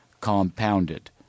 compounded